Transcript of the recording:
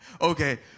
Okay